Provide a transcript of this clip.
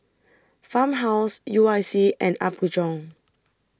Farmhouse U I C and Apgujeong